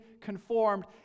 conformed